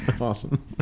Awesome